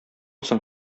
соң